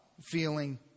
feeling